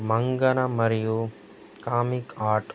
manga మరియు comic art